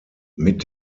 mit